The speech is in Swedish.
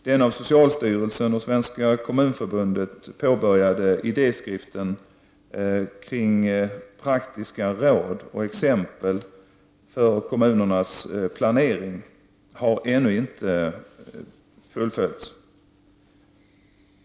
Den av socialstyrelsen och Svenska kommunförbundet påbörjade idé skriften kring praktiska råd och exempel för kommunernas planering, har ännu inte slutförts.